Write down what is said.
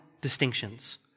distinctions